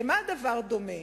למה הדבר דומה?